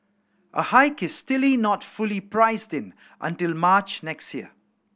a hike is still not fully priced in until March next year